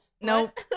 Nope